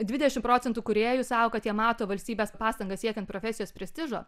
dvidešimt procentų kūrėjų sako kad jie mato valstybės pastangas siekiant profesijos prestižo